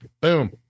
Boom